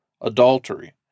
adultery